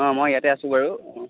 অ মই ইয়াতে আছোঁ বাৰু ও